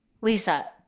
Lisa